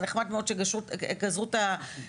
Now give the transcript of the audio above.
זה נחמד מאוד שגזרו את הסרטים,